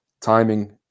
timing